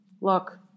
Look